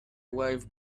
wife